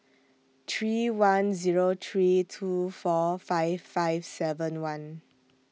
three one Zero three two four five five seven one